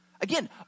Again